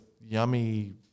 yummy